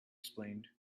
explained